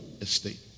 estate